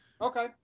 Okay